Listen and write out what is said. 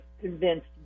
convinced